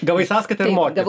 gavai sąskaitą ir moki